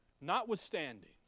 notwithstanding